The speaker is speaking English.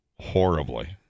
horribly